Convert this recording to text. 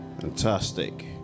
Fantastic